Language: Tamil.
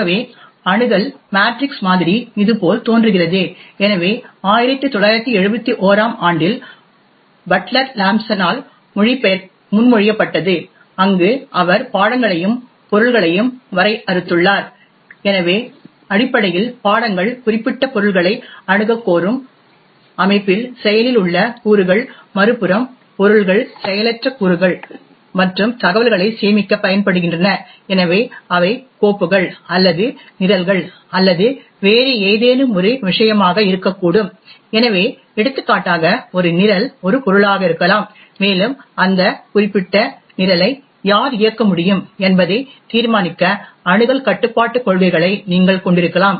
ஆகவே அணுகல் மேட்ரிக்ஸ் மாதிரி இதுபோல் தோன்றுகிறது எனவே இது 1971 ஆம் ஆண்டில் பட்லர் லாம்ப்சனால் முன்மொழியப்பட்டது அங்கு அவர் பாடங்களையும் பொருள்களையும் வரையறுத்துள்ளார் எனவே அடிப்படையில் பாடங்கள் குறிப்பிட்ட பொருள்களை அணுகக் கோரும் அமைப்பில் செயலில் உள்ள கூறுகள் மறுபுறம் பொருள்கள் செயலற்ற கூறுகள் மற்றும் தகவல்களைச் சேமிக்கப் பயன்படுகின்றன எனவே அவை கோப்புகள் அல்லது நிரல்கள் அல்லது வேறு ஏதேனும் ஒரு விஷயமாக இருக்கக்கூடும் எனவே எடுத்துக்காட்டாக ஒரு நிரல் ஒரு பொருளாக இருக்கலாம் மேலும் அந்த குறிப்பிட்ட நிரலை யார் இயக்க முடியும் என்பதை தீர்மானிக்க அணுகல் கட்டுப்பாட்டுக் கொள்கைகளை நீங்கள் கொண்டிருக்கலாம்